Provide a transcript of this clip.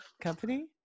company